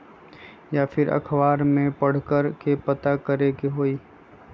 या फिर अखबार में पढ़कर के पता करे के होई?